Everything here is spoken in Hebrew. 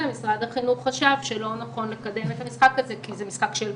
משרד החינוך חשב שלא נכון לקדם את המשחק הזה כי הוא משחק של גוגל.